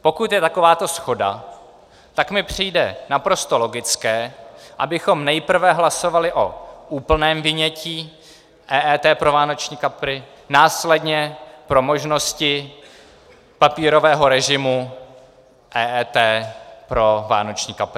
Pokud je takováto shoda, tak mi přijde naprosto logické, abychom nejprve hlasovali o úplném vynětí z EET pro vánoční kapry, následně pro možnosti papírového režimu EET pro vánoční kapry.